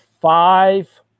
Five